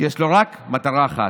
כי יש לו רק מטרה אחת: